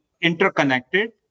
interconnected